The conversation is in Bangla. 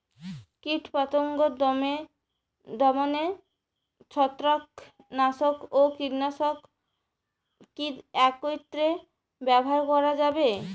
কীটপতঙ্গ দমনে ছত্রাকনাশক ও কীটনাশক কী একত্রে ব্যবহার করা যাবে?